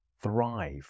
thrive